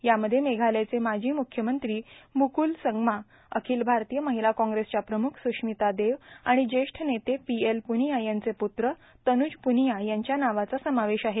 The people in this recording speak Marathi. यामध्ये मेघालयाचे माजी म्ख्यमंत्री मुकूल संगमा र्आखल भारतीय माहला काँग्रेसच्या प्रमुख सुश्मिता देव आर्गाण ज्येष्ठ नेते पी एल पुर्नानया यांचे पुत्र तनुज पुर्नानया यांच्या नावाचा समावेश आहे